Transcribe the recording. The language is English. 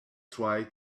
try